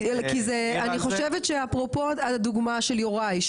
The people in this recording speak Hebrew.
כי אני חושבת שאפרופו הדוגמה של יוראי,